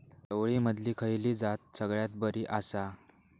चवळीमधली खयली जात सगळ्यात बरी आसा?